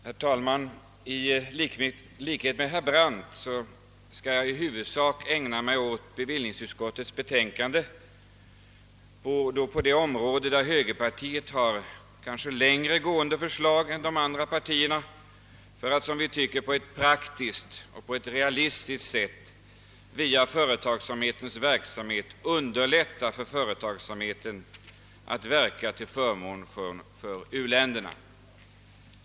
Herr talman! I likhet med herr Brandt skall jag i huvudsak ägna mig åt bevillningsutskottets betänkande, och då på det område där högerpartiet har längre gående förslag än de andra partierna för att, som vi tycker, på ett praktiskt och realistiskt sätt via företagsamhetens verksamhet underlätta för denna att verka till förmån för u-länderna.